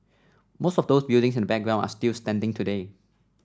most of those buildings in the background are still standing today